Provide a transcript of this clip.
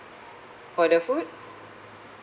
for the food